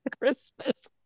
Christmas